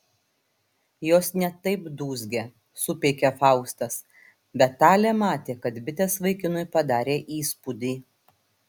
jos ne taip dūzgia supeikė faustas bet talė matė kad bitės vaikinui padarė įspūdį